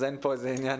אז אין פה איזה עניין.